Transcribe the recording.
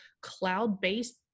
cloud-based